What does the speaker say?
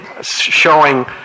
showing